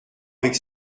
avec